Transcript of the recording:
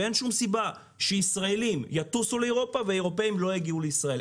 אין שום סיבה שישראלים יטוסו לאירופה ואילו אירופאים לא יגיעו לישראל,